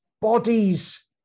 bodies